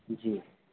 جی